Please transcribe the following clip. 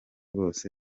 bose